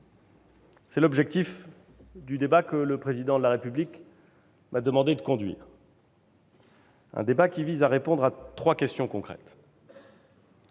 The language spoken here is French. C'est l'objectif du débat que le Président de la République m'a demandé de conduire. Un débat qui vise à répondre à trois questions concrètes.